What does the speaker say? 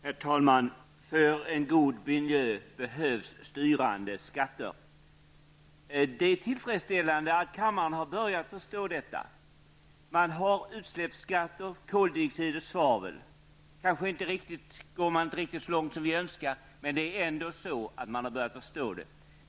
Herr talman! För en god miljö behövs styrande skatter. Det är tillfredsställande att kammaren har börjat förstå detta. Man har utsläppsskatter när det gäller koldioxid och svavel. Man kanske inte riktigt går så långt som vi önskar, men det är ändå så att man har börjat förstå.